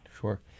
Sure